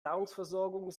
nahrungsversorgung